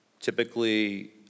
typically